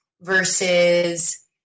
versus